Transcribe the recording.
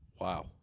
Wow